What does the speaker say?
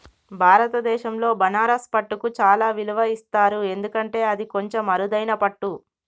భారతదేశంలో బనారస్ పట్టుకు చాలా విలువ ఇస్తారు ఎందుకంటే అది కొంచెం అరుదైన పట్టు